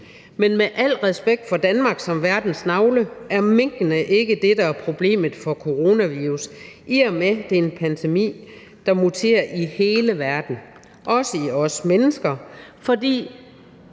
med al respekt for Danmark som verdens navle, ikke er det, der er problemet i forhold til coronavirus, i og med at det er en pandemi, der muterer i hele verden, også i os mennesker. For